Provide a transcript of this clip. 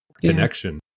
connection